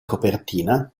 copertina